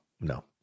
no